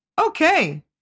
Okay